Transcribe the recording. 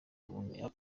muntu